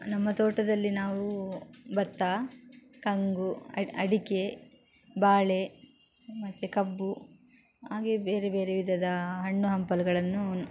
ನಮ್ಮ ತೋಟದಲ್ಲಿ ನಾವು ಭತ್ತ ಕಂಗು ಅಡಿಕೆ ಬಾಳೆ ಮತ್ತೆ ಕಬ್ಬು ಹಾಗೆ ಬೇರೆ ಬೇರೆ ವಿಧದ ಹಣ್ಣು ಹಂಪಲುಗಳನ್ನು